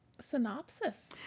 Synopsis